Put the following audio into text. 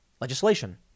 legislation